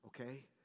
Okay